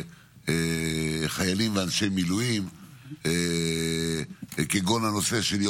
לא, חברת הכנסת מירב כהן, לא, חבר הכנסת נאור